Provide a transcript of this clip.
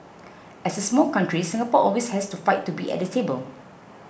as a small country Singapore always has to fight to be at the table